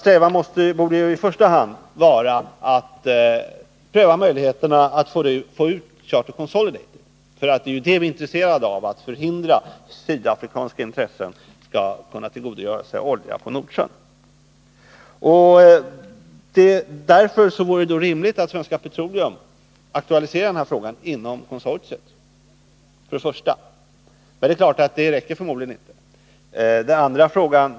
Strävan måste i första hand vara att pröva möjligheterna att få Charter Consolidated ut ur konsortiet, eftersom vi är intresserade av att hindra att sydafrikanska intressen skall kunna tillgodogöra sig olja från Nordsjön. Därför vore det rimligt att Svenska Petroleum först och främst aktualiserade den här frågan inom konsortiet. Men det räcker förmodligen Nr 124 inte.